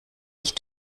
ich